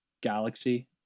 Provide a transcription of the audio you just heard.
galaxy